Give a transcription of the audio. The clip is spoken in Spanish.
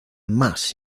más